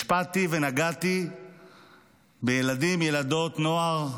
השפעתי ונגעתי בילדים, ילדות, נוער ובוגרים.